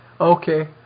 Okay